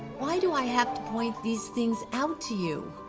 why do i have to point these things out to you?